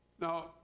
Now